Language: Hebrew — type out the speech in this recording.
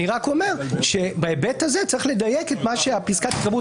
אני רק אומר שבהיבט הזה צריך לדייק את מה שפסקת ההתגברות